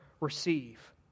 receive